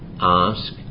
ask